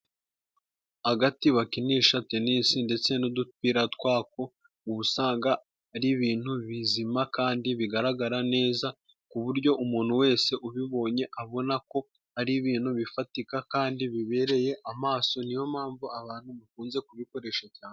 Agati bakinisha Tenisi ndetse n'udupira twako uba usanga ari ibintu bizima kandi bigaragara neza, ku buryo umuntu wese ubibonye abona ko ari ibintu bifatika kandi bibereye amaso, niyo mpamvu abantu bakunze kubikoresha cyane.